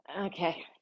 Okay